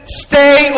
stay